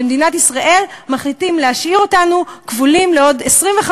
במדינת ישראל מחליטים להשאיר אותנו כבולים לעוד 25,